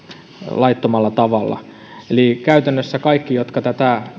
laittomalla tavalla eli käytännössä kaikkien jotka tätä